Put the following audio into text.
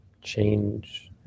change